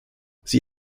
sie